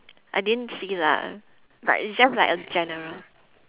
I didn't see lah but it's just like a general